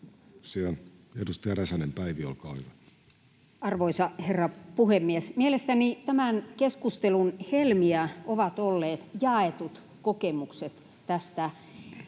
16:07 Content: Arvoisa herra puhemies! Mielestäni tämän keskustelun helmiä ovat olleet jaetut kokemukset tästä